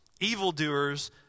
evildoers